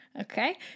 Okay